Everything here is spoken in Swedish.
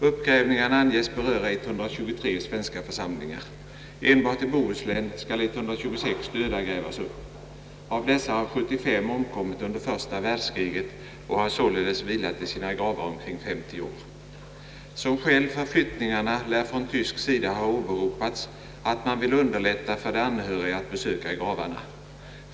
Uppgrävningarna anges beröra 123 svenska församlingar. Enbart i Bohuslän skall 126 döda grävas upp. Av dessa har 75 omkommit under första världskriget och har således vilat i sina gravar omkring femtio år. Som skäl för flyttningarna lär från tysk sida ha åberopats, att man vill underlätta för de anhöriga att besöka gravarna.